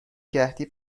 قحطی